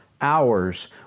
hours